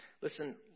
Listen